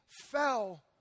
fell